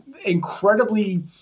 incredibly